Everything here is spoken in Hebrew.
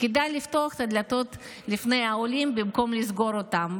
כדאי לפתוח את הדלתות לפני העולים במקום לסגור אותן.